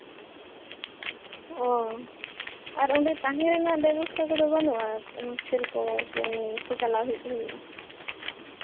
ᱚ ᱟᱨ ᱚᱸᱰᱮ ᱛᱟᱦᱮ ᱨᱮᱱᱟᱜ ᱵᱮᱵᱚᱥᱛᱷᱟ ᱠᱚᱫᱚ ᱵᱟᱹᱱᱩᱜᱼᱟ ᱦᱚᱥᱴᱮᱞ ᱠᱚ ᱥᱮ ᱪᱟᱞᱟᱣ ᱦᱮᱡ ᱦᱩᱭᱩᱜᱼᱟ